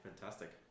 fantastic